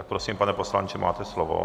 Prosím, pane poslanče, máte slovo.